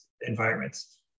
environments